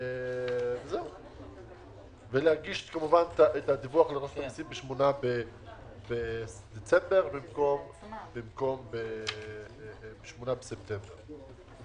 ולהגיש את הדוח לרשות המיסים ב-8 בדצמבר במקום ב-8 בספטמבר.